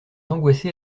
angoissé